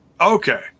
Okay